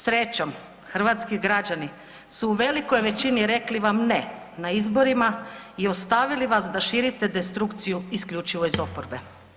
Srećom hrvatski građani su u velikoj većini vam rekli ne na izborima i ostavili vas da širite destrukciju isključivo iz oporbe.